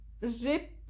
rip